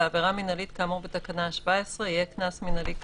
לעבירה מינהלית כאמור בתקנה 17 יהיה קנס מינהלי קצוב,